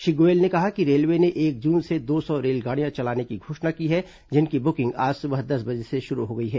श्री गोयल ने कहा कि रेलवे ने एक जून से दो सौ रेलगाड़ियां चलाने की घोषणा की है जिनकी बुकिंग आज सुबह दस बजे से शुरू हो गई है